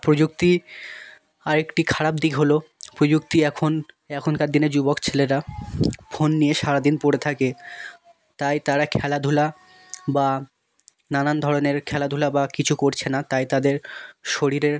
প্রযুক্তি আর একটি খারাপ দিক হলো প্রযুক্তি এখন এখনকার দিনের যুবক ছেলেরা ফোন নিয়ে সারাদিন পড়ে থাকে তাই তারা খেলাধুলা বা নানান ধরনের খেলাধুলা বা কিছু করছে না তাই তাদের শরীরের